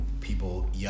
people